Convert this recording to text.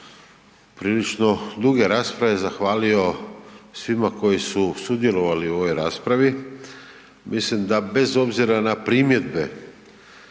prilično duge rasprave, zahvalio svima koji su sudjelovali u ovoj raspravi, mislim da bez obzira na primjedbe,